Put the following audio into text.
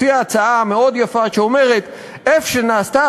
הציע הצעה מאוד יפה שאומרת: איפה שנעשתה